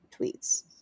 tweets